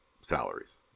salaries